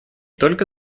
только